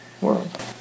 world